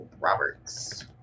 Roberts